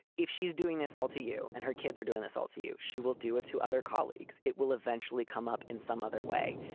if she's doing this all to you and her kids are doing this all to you, she will do it to other colleagues. it will eventually come up in some other way.